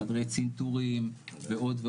חדרי צנתורים ועוד,